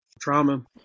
trauma